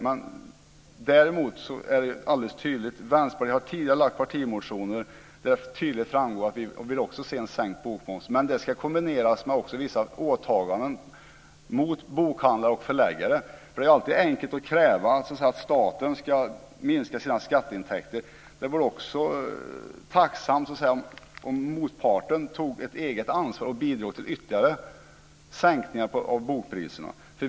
Men däremot är det alldeles tydligt att Vänsterpartiet tidigare har väckt partimotioner i vilka det tydligt framgår att vi också vill se en sänkning av bokmomsen. Men en sådan ska också kombineras med vissa åtaganden mot bokhandlare och förläggare. Det är alltid enkelt att kräva att staten ska minska sina skatteintäkter. Det vore också bra om motparten tog ett eget ansvar och bidrog till ytterligare sänkningar av bokpriserna.